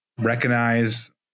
recognize